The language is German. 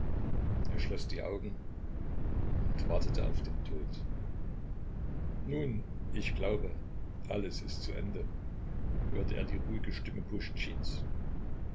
er schloß die augen und wartete auf den tod nun ich glaube alles ist zu ende hörte er die ruhige stimme